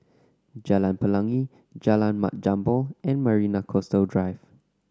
Jalan Pelangi Jalan Mat Jambol and Marina Coastal Drive